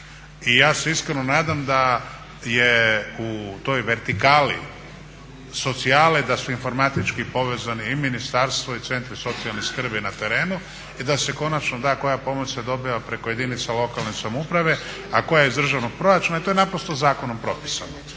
I ja se iskreno nadam da je u toj vertikali socijale da su informatički povezani i ministarstvo i centri socijalne skrbi na terenu i da se konačno da koja pomoć se dobiva preko jedinica lokalne samouprave a koja iz državnog proračuna i to je naprosto zakonom propisano.